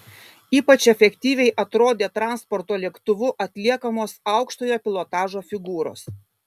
ypač efektyviai atrodė transporto lėktuvu atliekamos aukštojo pilotažo figūros